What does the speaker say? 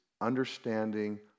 understanding